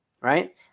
right